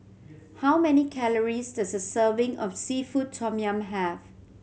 how many calories does a serving of seafood tom yum have